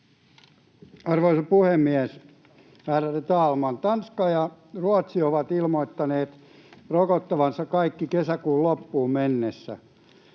Arvoisa puhemies, ärade talman! Tanska ja Ruotsi ovat ilmoittaneet rokottavansa kaikki kesäkuun loppuun mennessä.